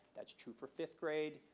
that's true for fifth grade.